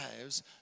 lives